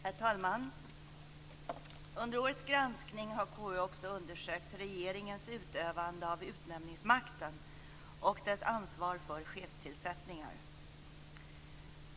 Herr talman! Under årets granskning har KU också undersökt regeringens utövande av utnämningsmakten och dess ansvar för chefstillsättningar.